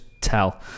tell